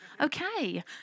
Okay